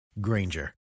Granger